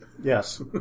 Yes